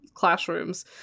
classrooms